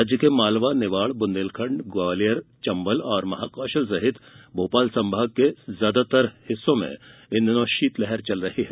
राज्य के मालवा निवाड़ ब्रंदेलखण्ड ग्वालियर चंबल महाकौशल सहित भोपाल संभाग के ज्यादातर हिस्सों में शीतलहर चल रही है